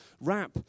rap